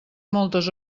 moltes